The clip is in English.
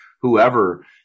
whoever